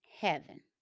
heaven